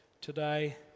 today